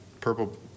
Purple